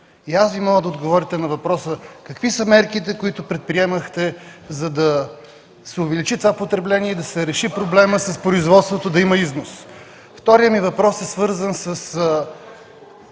Аз Ви моля да отговорите на въпроса: какви са мерките, които предприемахте, за да се увеличи това потребление, да се реши проблемът с производството, да има износ? Вторият ми въпрос е свързан с